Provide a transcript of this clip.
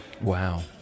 Wow